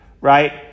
right